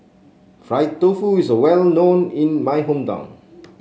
Fried Tofu is well known in my hometown